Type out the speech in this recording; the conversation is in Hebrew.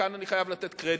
כאן אני חייב לתת קרדיט,